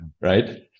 right